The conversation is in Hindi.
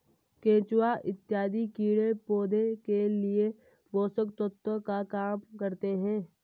केचुआ इत्यादि कीड़े पौधे के लिए पोषक तत्व का काम करते हैं